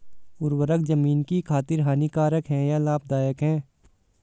उर्वरक ज़मीन की खातिर हानिकारक है या लाभदायक है?